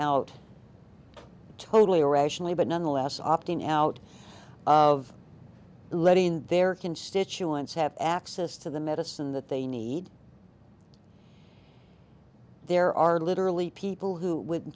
out totally irrationally but nonetheless opting out of letting their constituents have access to the medicine that they need there are literally people who would